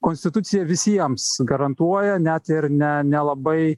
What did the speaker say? konstitucija visiems garantuoja net ir ne nelabai